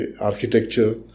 Architecture